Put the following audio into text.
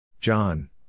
John